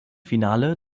finale